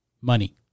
money